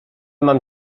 mam